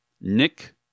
Nick